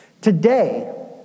Today